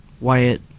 Wyatt